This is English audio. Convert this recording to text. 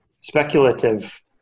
speculative